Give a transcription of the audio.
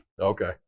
Okay